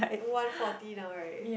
one forty now right